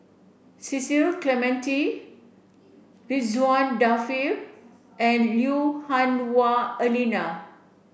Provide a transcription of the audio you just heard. Cecil Clementi Ridzwan Dzafir and Lui Hah Wah Elena